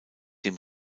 dem